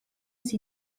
sie